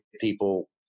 people